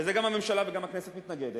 ולזה גם הממשלה וגם הכנסת מתנגדות,